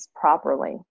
properly